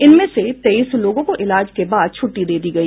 इनमें से तेईस लोगों को ईलाज के बाद छुट्टी दे दी गई